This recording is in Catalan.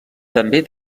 també